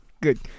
Good